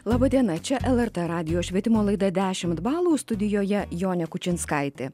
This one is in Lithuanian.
laba diena čia lrt radijo švietimo laida dešimt balų studijoje jonė kučinskaitė